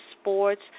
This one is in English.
sports